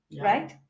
right